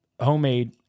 Homemade